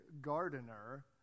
gardener